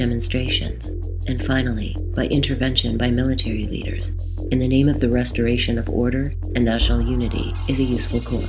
demonstrations and finally the intervention by military leaders in the name of the restoration of order and national unity is